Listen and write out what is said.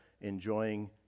enjoying